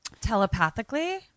Telepathically